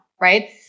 Right